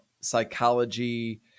psychology